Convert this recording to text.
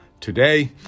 today